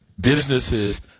businesses